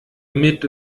mit